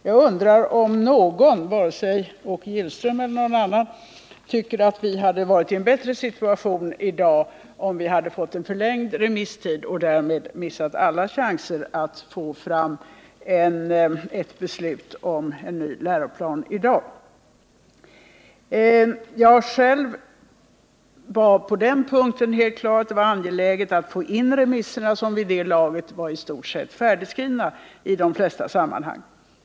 Jag undrar om vare sig i Åke Gillström eller någon tycker att vi skulle ha varit i en bättre situation, om vi hade fått en förlängd remisstid och därmed missat alla chanser att få fram ett beslut om en ny läroplan i dag. Jag själv var på den punkten på det klara med att det var angeläget att få remissvaren, som vid det laget var i stort sett färdigskrivna ide flesta sammanhang.